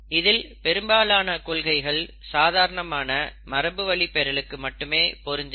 இதில் பெரும்பாலான கொள்கைகள் சாதாரண மரபுவழிப்பெறலுக்கு மட்டுமே பொருந்தின